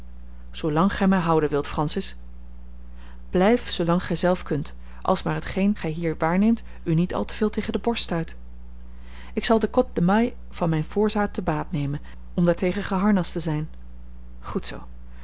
zoolang gij mij houden wilt francis blijf zoolang gij zelf kunt als maar hetgeen gij hier waarneemt u niet al te veel tegen de borst stuit ik zal de cotte de mailles van mijn voorzaat te baat nemen om daartegen geharnast te zijn goed zoo